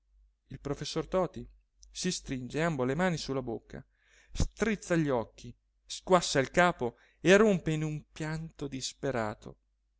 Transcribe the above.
il professor toti si stringe ambo le mani su la bocca strizza gli occhi squassa il capo e rompe in un pianto disperato